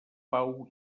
pau